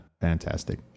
Fantastic